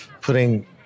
putting